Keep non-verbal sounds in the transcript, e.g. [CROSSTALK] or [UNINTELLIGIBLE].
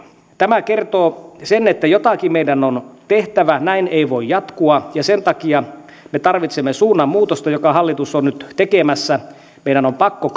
tämä kertoo sen että jotakin meidän on tehtävä näin ei voi jatkua sen takia me tarvitsemme suunnanmuutosta jonka hallitus on nyt tekemässä meidän on pakko [UNINTELLIGIBLE]